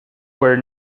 were